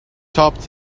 topped